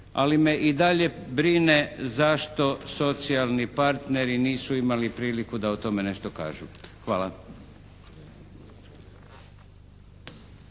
ali me i dalje brine zašto socijalni partneri nisu imali priliku da o tome nešto kažu. Hvala.